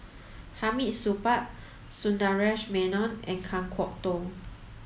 Hamid Supaat Sundaresh Menon and Kan Kwok Toh